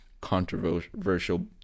controversial